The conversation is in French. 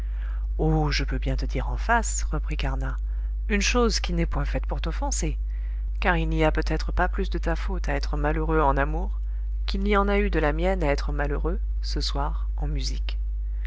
oh je peux bien te dire en face reprit carnat une chose qui n'est point faite pour t'offenser car il n'y a peut-être pas plus de ta faute à être malheureux en amour qu'il n'y en a eu de la mienne à être malheureux ce soir en musique